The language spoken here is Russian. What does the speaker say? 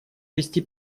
вести